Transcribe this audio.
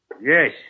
Yes